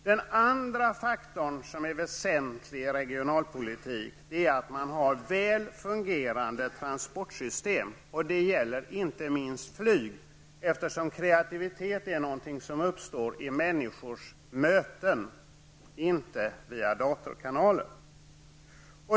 Den andra faktorn som är väsentlig i regionalpolitiken är att man har väl fungerande transportsystem. Det gäller inte minst flyg, eftersom kreativitet är någonting som uppstår i människors möten, inte via datorkanaler.